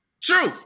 True